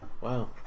Wow